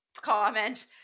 comment